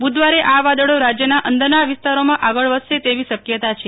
બુધવારે આ વાદળો રાજ્યના અંદરના વિસ્તારોમાં આગળ વધશે તેવી શક્યતા છે